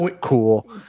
cool